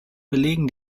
belegen